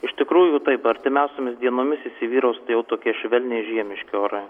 iš tikrųjų taip artimiausiomis dienomis įsivyraus tai jau tokie švelniai žiemiški orai